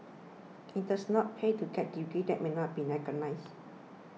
it does not pay to get degrees that may not be recognised